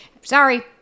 Sorry